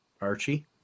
Archie